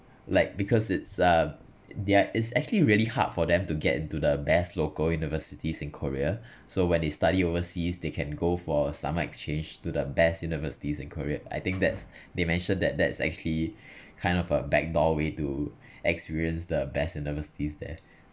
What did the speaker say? like because it's uh their is actually really hard for them to get into the best local universities in korea so when they study overseas they can go for summer exchange to the best universities in korea I think that's they mention that that's actually kind of a back door way to experience the best universities there